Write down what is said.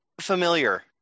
familiar